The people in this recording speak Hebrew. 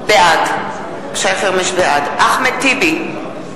בעד אחמד טיבי,